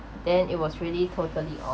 then it was really totally